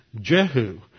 Jehu